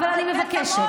עוד דקות לבלבל את המוח.